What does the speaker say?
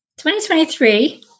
2023